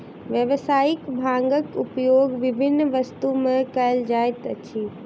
व्यावसायिक भांगक उपयोग विभिन्न वस्तु में कयल जाइत अछि